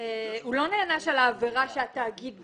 הוא לא נענש על העבירה שהתאגיד ביצע.